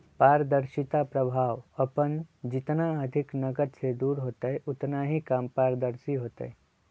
पारदर्शिता प्रभाव अपन जितना अधिक नकद से दूर होतय उतना ही कम पारदर्शी होतय